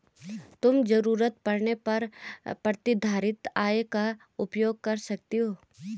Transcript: तुम ज़रूरत पड़ने पर प्रतिधारित आय का उपयोग कर सकती हो